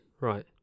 right